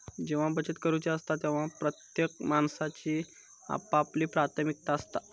जेव्हा बचत करूची असता तेव्हा प्रत्येक माणसाची आपापली प्राथमिकता असता